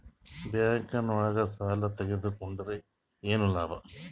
Bank ನೊಳಗ ಸಾಲ ತಗೊಂಡ್ರ ಏನು ಲಾಭ?